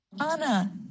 Anna